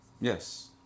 Yes